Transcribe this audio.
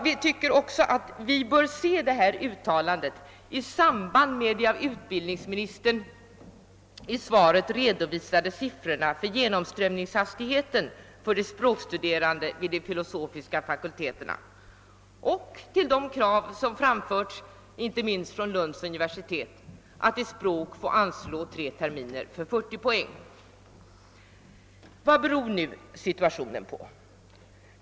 Vi tycker också att vi bör se detta uttalande i samband med de av utbildningsministern i svaret redovisade siffrorna för genomströmningshastigheten för språkstuderande vid de filosofiska fakulteterna och till de krav som har framförts inte minst från Lunds uni versitet att i språk få anslå tre terminer för 40 poäng. Vad beror nu situationen på?